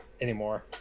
anymore